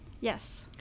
Yes